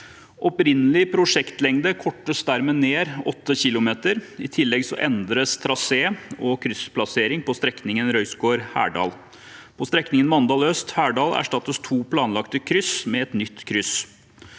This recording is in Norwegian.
Opprinnelig prosjektlengde kortes dermed ned 8 km. I tillegg endres trasé og kryssplassering på strekningen Røyskår–Herdal. På strekningen Mandal øst–Herdal erstattes to planlagte kryss med et nytt kryss.